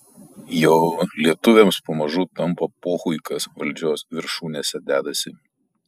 jo lietuviams pamažu tampa pochui kas valdžios viršūnėse dedasi